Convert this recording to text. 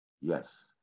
Yes